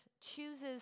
chooses